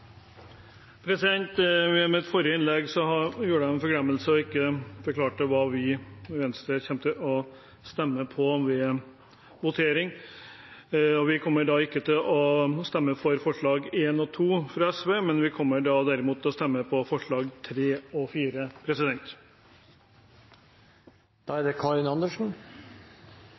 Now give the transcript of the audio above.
I mitt forrige innlegg hadde jeg en forglemmelse – jeg forklarte ikke hvordan vi i Venstre kommer til å stemme ved votering. Vi kommer ikke til å stemme for forslagene nr. 1 og 2, fra SV, men kommer derimot til å stemme for forslagene nr. 3 og 4. Det er jeg glad for, for da vil det